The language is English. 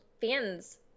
fans